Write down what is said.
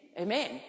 Amen